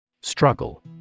Struggle